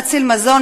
נציל מזון,